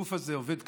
הגוף הזה עובד קשה,